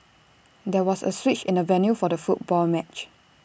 there was A switch in the venue for the football match